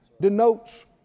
denotes